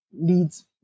leads